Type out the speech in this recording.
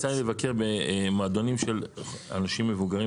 אז יצא לי לבקר במועדונים של אנשים מבוגרים,